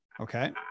okay